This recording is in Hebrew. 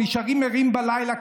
נשארים ערים בלילה,